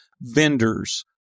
vendors